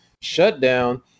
shutdown